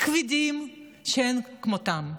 כבדים מאין כמותם,